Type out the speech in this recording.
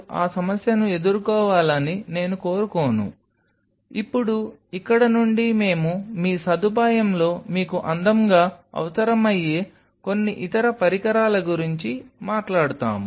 ఈ కోర్సులో అవసరమయ్యే కొన్ని ఇతర పరికరాల గురించి మాట్లాడుతాము